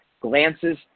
glances